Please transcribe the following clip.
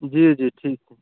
जी जी ठीक